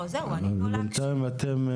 בנתיים אתם,